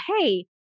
hey